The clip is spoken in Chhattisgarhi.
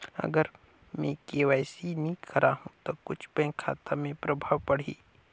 अगर मे के.वाई.सी नी कराहू तो कुछ बैंक खाता मे प्रभाव पढ़ी?